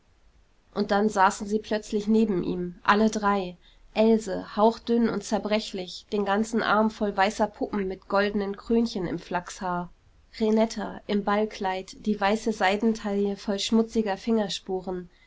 und dann saßen sie plötzlich neben ihm alle drei else hauchdünn und zerbrechlich den ganzen arm voll weißer puppen mit goldenen krönchen im flachshaar renetta im ballkleid die weiße seidentaille voll schmutziger fingerspuren